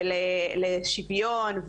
לשוויון,